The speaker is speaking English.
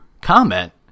comment